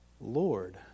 Lord